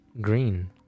Green